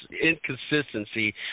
inconsistency